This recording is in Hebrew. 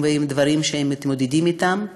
בדברים שהם מתמודדים אתם.